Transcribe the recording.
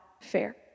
fair